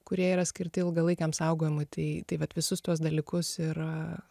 kurie yra skirti ilgalaikiam saugojimui tai tai vat visus tuos dalykus ir